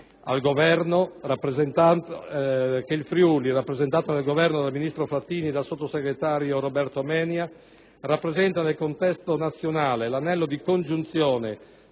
Grazie.